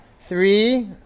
Three